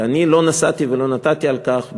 אני לא נשאתי ולא נתתי על כך,